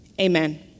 amen